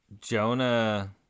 Jonah